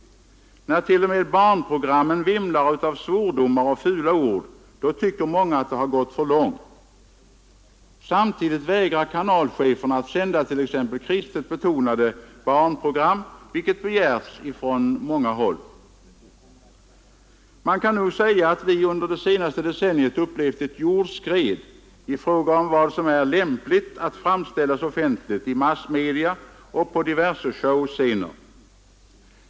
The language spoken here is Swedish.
När t.o.m., barnprogrammen vimlar av svordomar och fula ord, då tycker många att det har gått för långt. Samtidigt vägrar kanalcheferna att sända t.ex. kristet betonade barnprogram, vilket begärts från många håll. Man kan nog säga att vi under det senaste decenniet upplevt ett jordskred i fråga om vad som är lämpligt att framställas offentligt i massmedia och på diverse showscener.